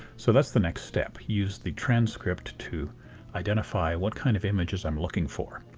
so that's the next step use the transcript to identify what kind of images i'm looking for.